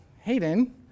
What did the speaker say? Hayden